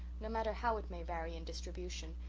no matter how it may vary in distribution,